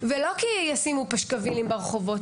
ולא כי ישימו פשקווילים ברחובות,